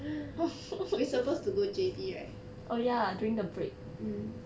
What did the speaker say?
we supposed to go J_B right mm